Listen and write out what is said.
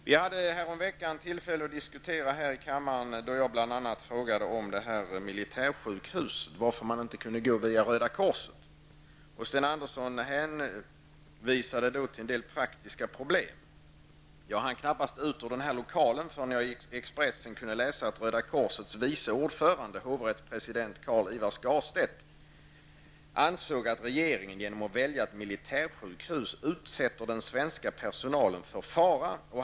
Vi hade häromveckan tillfälle till en diskussion här i kammaren där jag bl.a. frågade om militärsjukhuset och varför man inte kunde gå via Röda korset. Sten Andersson hänvisade då till en rad praktiska problem. Jag hann knappast ut ur denna lokal förrän jag i Expressen kunde läsa att Carl-Ivar Skarstedt ansåg att regeringen genom att välja ett militärsjukhus utsätter den svenska personalen för fara.